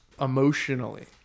emotionally